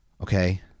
Okay